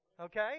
okay